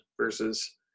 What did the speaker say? versus